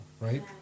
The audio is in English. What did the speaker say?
right